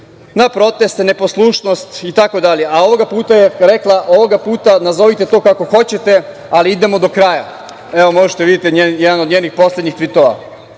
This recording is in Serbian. na proteste, neposlušnost, itd., a ovoga puta je rekla – ovoga puta nazovite to kako hoćete, ali idemo do kraja. Evo, možete da vidite jedan od njenih poslednjih tvitova. Znači,